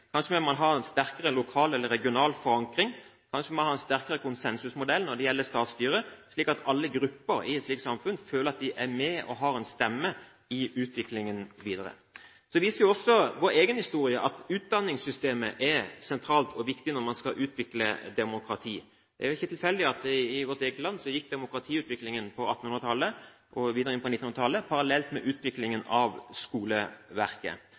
ha sterkere regional eller lokal forankring. Kanskje bør man ha sterkere konsensusmodell når det gjelder statsstyre, slik at alle grupper i et slikt samfunn føler at man er med og har en stemme i utviklingen videre. Så viser også vår egen historie at utdanningssystemet er sentralt og viktig når man skal utvikle demokrati. Det er vel ikke tilfeldig at i vårt eget land gikk demokratiutviklingen på 1800-tallet og videre inn på 1900-tallet parallelt med utviklingen av skoleverket.